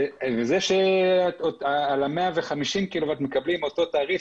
זה שעל 150 קילו-ואט מקבלים אותו תעריף